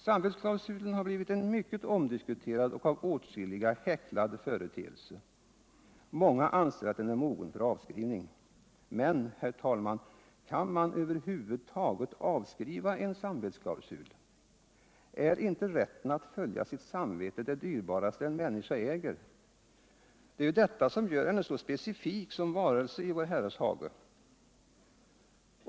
Samvetsklausulen har blivit en mycket omdiskuterad och av åtskilliga häcklad' företeelse. Många anser att den är mogen för avskrivning. Mens. herr talman. kan man över huvud taget avskriva en samvetsklausul? Är inte rätten att följa sitt samvete det'dyrbaraste en människa äger? Det är ju detta som gör henne så specifik som varelse i vår Herres hage.